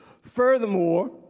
Furthermore